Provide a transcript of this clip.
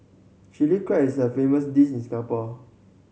Chilli Crab is a famous dish in Singapore